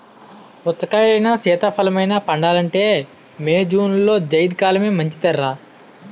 పుచ్చకాయలైనా, సీతాఫలమైనా పండాలంటే మే, జూన్లో జైద్ కాలమే మంచిదర్రా